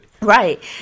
Right